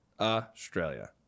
Australia